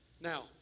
Now